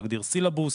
נגדיר סילבוס,